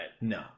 No